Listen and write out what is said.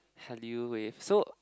Hallyu-Wave so